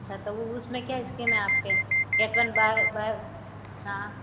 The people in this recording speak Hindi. अच्छा तो वो उसमें क्या स्कीम है आपकी गेट वन बाय बाय हाँ